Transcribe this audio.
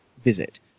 visit